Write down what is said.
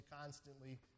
constantly